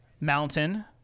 Mountain